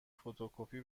فتوکپی